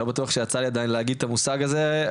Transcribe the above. אני לא בטוח שיצא לי עדיין להגיד את המושג הזה,